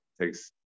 takes